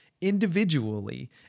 individually